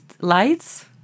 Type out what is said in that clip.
lights